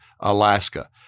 Alaska